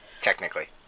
Technically